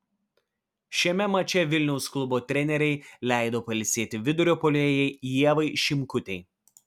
šiame mače vilniaus klubo trenerei leido pailsėti vidurio puolėjai ievai šimkutei